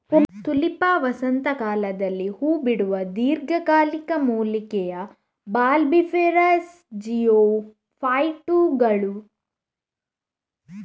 Tulipa ವಸಂತ ಕಾಲದಲ್ಲಿ ಹೂ ಬಿಡುವ ದೀರ್ಘಕಾಲಿಕ ಮೂಲಿಕೆಯ ಬಲ್ಬಿಫೆರಸ್ಜಿಯೋಫೈಟುಗಳ ಕುಲವಾಗಿದೆ